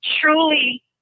truly